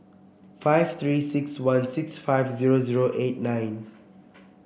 five Three six one six five zero zero eight nine